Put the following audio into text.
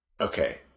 Okay